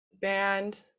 band